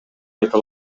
айта